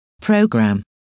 program